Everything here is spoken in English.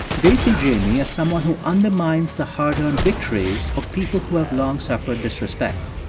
they see jamie as someone who undermines the hard-earned victories of people who have long suffered disrespect.